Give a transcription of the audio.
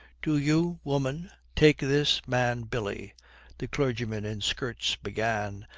do you, woman, take this man billy the clergyman in skirts began,